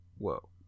whoa